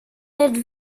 het